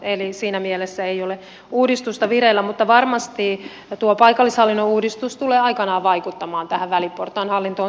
eli siinä mielessä ei ole uudistusta vireillä mutta varmasti tuo paikallishallinnon uudistus tulee aikanaan vaikuttamaan tähän väliportaan hallintoon